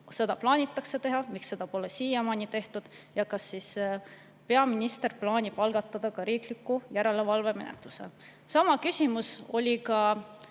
seda plaanitakse teha, miks seda pole siiamaani tehtud ja kas peaminister plaanib algatada ka riikliku järelevalve menetluse? Sama küsimus oli